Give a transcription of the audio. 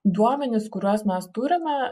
duomenys kuriuos mes turime